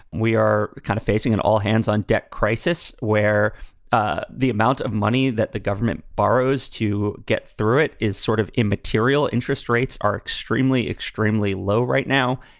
we are kind of facing an all hands on deck crisis where ah the amount of money that the government borrows to get through it is sort of immaterial. interest rates are extremely, extremely low right now.